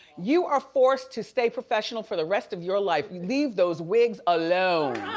you are forced to stay professional for the rest of your life. you leave those wigs alone,